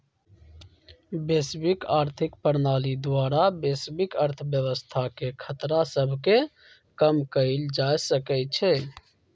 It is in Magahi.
वैश्विक आर्थिक प्रणाली द्वारा वैश्विक अर्थव्यवस्था के खतरा सभके कम कएल जा सकइ छइ